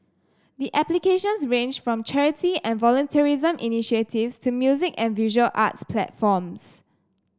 the applications ranged from charity and volunteerism initiatives to music and visual arts platforms